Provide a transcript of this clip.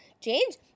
change